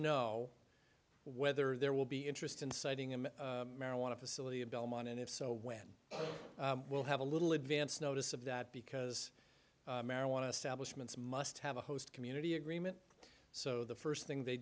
know whether there will be interest in siting in marijuana facility in belmont and if so when we'll have a little advance notice of that because marijuana stablish mints must have a host community agreement so the first thing they